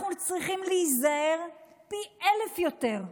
אנחנו צריכים להיזהר פי אלף יותר,